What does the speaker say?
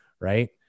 Right